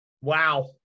Wow